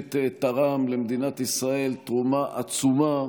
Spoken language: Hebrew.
שבאמת תרם למדינת ישראל תרומה עצומה